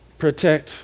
protect